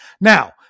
Now